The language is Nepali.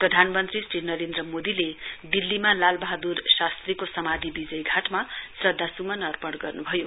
प्रधानमन्त्री श्री नरेन्द्र मोदीले दिल्लीमा लाल बहाद्र शास्त्रीको समाधि विजयघाटमा श्रध्दास्मन अपर्ण गर्न्भयो